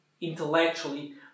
intellectually